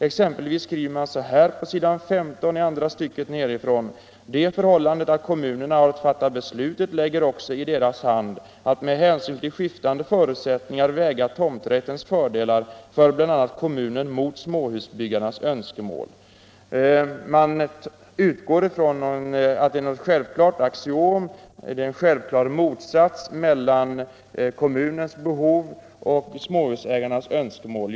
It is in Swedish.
Exempelvis skriver man så här på s. 15 andra stycket nedifrån: ”Det förhållandet att kommunerna har att fatta beslutet lägger också i deras hand att med hänsyn till skiftande förutsättningar väga tomträttens fördelar för bl.a. kommunen mot småhusbyggarnas önskemål.” Man utgår från att det är en självklar motsats mellan kommunens behov och småhusägarnas önskemål.